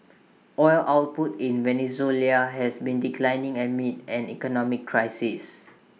oil output in Venezuela has been declining amid an economic crisis